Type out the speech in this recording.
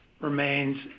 remains